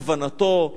כוונתו,